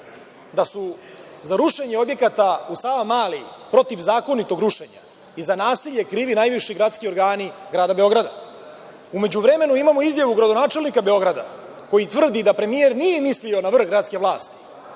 da su za rušenje objekata u Savamali, protivzakonitog rušenja, i za nasilje krivi najviši gradski organi grada Beograd. U međuvremenu imamo izjavu gradonačelnika Beograda, koji tvrdi da premijer nije mislio na vrh gradske vlasti